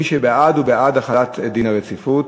מי שבעד, הוא בעד החלת דין הרציפות.